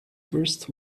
first